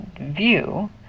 view